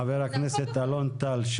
חבר הכנסת אלון טל,